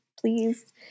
Please